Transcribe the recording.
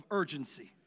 urgency